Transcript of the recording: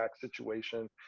situation